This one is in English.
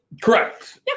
Correct